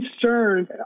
concerned